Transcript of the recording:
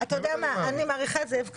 אני מאוד מעריך את זאב קם,